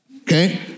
okay